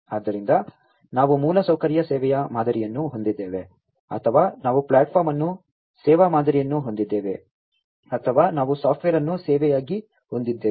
ಆದ್ದರಿಂದ ನಾವು ಮೂಲಸೌಕರ್ಯ ಸೇವೆಯ ಮಾದರಿಯನ್ನು ಹೊಂದಿದ್ದೇವೆ ಅಥವಾ ನಾವು ಪ್ಲಾಟ್ಫಾರ್ಮ್ ಅನ್ನು ಸೇವಾ ಮಾದರಿಯನ್ನು ಹೊಂದಿದ್ದೇವೆ ಅಥವಾ ನಾವು ಸಾಫ್ಟ್ವೇರ್ ಅನ್ನು ಸೇವೆಯಾಗಿ ಹೊಂದಿದ್ದೇವೆ